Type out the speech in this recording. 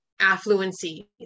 affluency